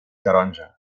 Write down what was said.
taronja